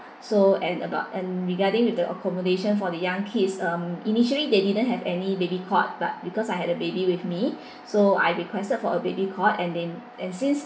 so and about and regarding with the accommodation for the young kids um initially they didn't have any baby cot but because I had a baby with me so I requested for a baby cot and then and since